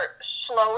slower